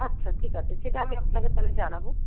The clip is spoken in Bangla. আচ্ছা ঠিক আছে সেটা আমি আপনাকে তাহলে জানাবো